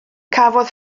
cafodd